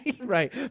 right